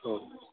औ